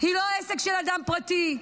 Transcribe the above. היא לא עסק של אדם פרטי.